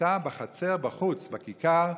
הייתה בחצר בחוץ, בכיכר,